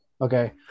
Okay